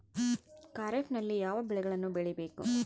ಖಾರೇಫ್ ನಲ್ಲಿ ಯಾವ ಬೆಳೆಗಳನ್ನು ಬೆಳಿಬೇಕು?